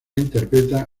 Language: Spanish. interpreta